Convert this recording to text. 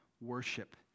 worship